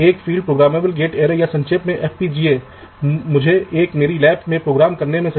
तो यह VDD और ग्राउंड लाइन पहले से ही क्षैतिज रूप से जुड़े हुए हैं